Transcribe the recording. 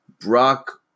Brock